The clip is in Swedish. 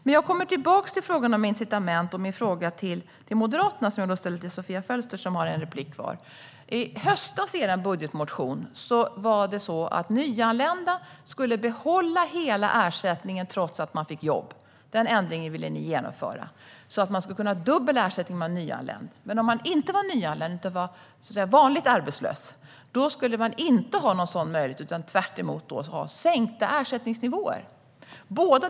Men jag kommer tillbaka till frågan om incitament. Jag har en fråga till Moderaterna. Den ställer jag till Sofia Fölster, som har ett anförande kvar. I er budgetmotion i höstas var det ett förslag om att nyanlända skulle få behålla hela ersättningen även om de fick jobb. Den ändringen ville ni genomföra, så att nyanlända skulle kunna ha dubbel ersättning. Men om man inte var nyanländ utan var, så att säga, vanligt arbetslös skulle man inte ha någon sådan möjlighet utan tvärtom ha sänkta ersättningsnivåer.